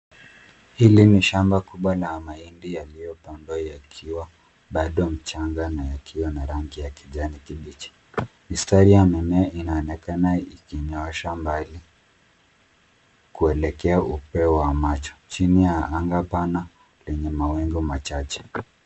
Hili ni shamba kubwa la mahindi yaliyopandwa yakiwa bado mchanga na yakiwa na rangi ya kijani kibichi. Mistari ya mimea inaonekana ikinyoosha mbali kuelekea upeo wa macho. Chini ya anga pana lenye mawingu machache.